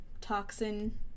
toxin